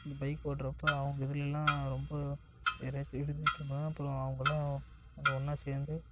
இந்த பைக் ஒட்றப்போ அவங்க இதுலல்லாம் ரொம்ப யாரையாச்சும் இடிச்சிவிட்டோம்னா அப்புறோம் அவங்கள்லாம் அங்கே ஒன்னாக சேர்ந்து